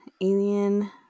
Alien